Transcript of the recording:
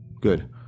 Good